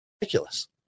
Ridiculous